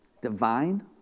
divine